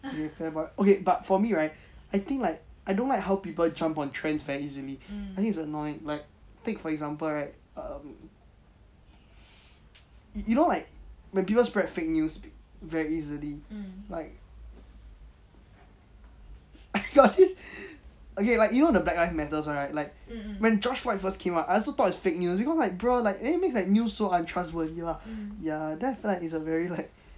okay but for me right I think like I don't like how people jump on trends very easily I think it's annoying like take for example right um you know like the people spread fake news very easily like I got this okay like you know the black md right like when joshua first came up I also thought it's fake news because like bruh like eh make news so untrustworthy lah ya then I feel like it's a very like